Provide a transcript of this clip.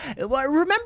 remember